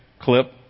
clip